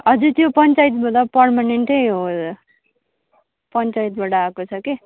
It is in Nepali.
हजुर त्यो पञ्चायतबाट पर्मानेन्टै हो पञ्चायतबाट आएको छ के